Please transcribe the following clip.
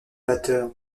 batteur